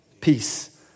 peace